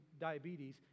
diabetes